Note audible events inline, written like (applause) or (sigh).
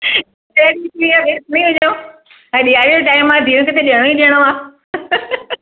(unintelligible) हाणे ॾियारी जो टाइम आहे धीअनि खे त ॾियणो ई ॾियणो आहे